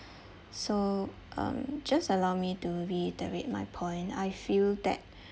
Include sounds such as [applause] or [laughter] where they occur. so um just allow me to reiterate my point I feel that [breath]